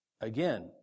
Again